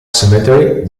cemetery